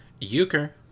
Euchre